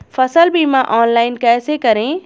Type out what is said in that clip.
फसल बीमा ऑनलाइन कैसे करें?